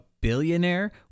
billionaire